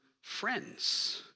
friends